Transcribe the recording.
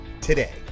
today